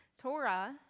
Torah